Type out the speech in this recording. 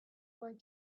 going